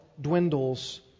dwindles